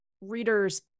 readers